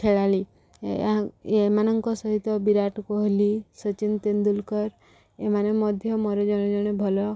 ଖେଳାଳି ଏମାନଙ୍କ ସହିତ ବିରାଟ କୋହଲି ସଚିନ ତେନ୍ଦୁଲକର ଏମାନେ ମଧ୍ୟ ମୋର ଜଣେ ଜଣେ ଭଲ